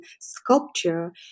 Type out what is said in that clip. sculpture